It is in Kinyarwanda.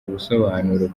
ubusobanuro